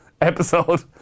episode